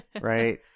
right